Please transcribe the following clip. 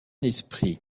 esprit